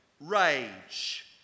rage